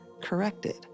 corrected